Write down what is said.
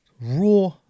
raw